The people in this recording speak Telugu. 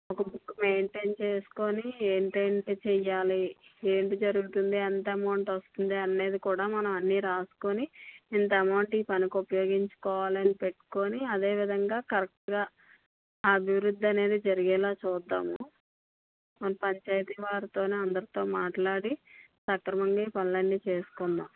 ఒక బుక్ మెయింటెన్ చేసుకుని ఏంటేటి చెయ్యాలి ఏంటి జరుగుతుంది ఎంత అమౌంట్ వస్తుంది అనేది కూడా మనం అన్నీ రాసుకుని ఇంత అమౌంట్ ఈ పనికి ఉపయోగించుకోవాలని పెట్టుకుని అదే విధంగా కరెక్ట్గా అభివృద్ధి అనేది జరిగేలా చూద్దాము మన పంచాయతీ వారితోని అందరితో మాట్లాడి సక్రమంగా ఈ పనులన్నీ చేసుకుందాము